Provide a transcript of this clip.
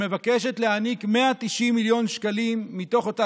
שמבקשת להעניק 190 מיליון שקלים מתוך אותה